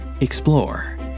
Explore